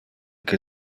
que